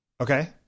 Okay